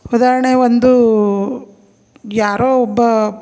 ಉದಾಹರಣೆ ಒಂದು ಯಾರೋ ಒಬ್ಬ